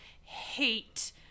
hate